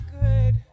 good